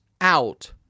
out